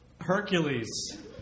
Hercules